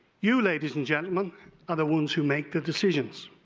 you ladies and gentlemen are the ones who make the decisions.